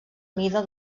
mida